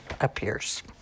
appears